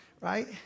right